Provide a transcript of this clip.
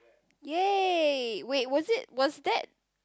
yay wait was it was that